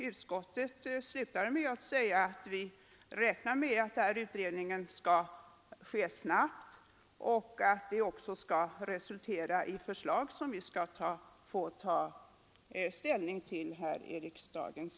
Utskottet framhåller avslutningsvis att man räknar med att denna utredning skall genomföras snabbt och resultera i förslag som vi senare skall få ta ställning till här i riksdagen.